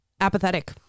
apathetic